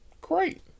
Great